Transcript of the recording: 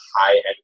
high-end